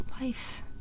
life